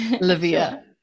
Livia